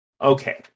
Okay